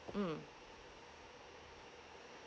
mm